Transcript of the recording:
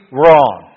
wrong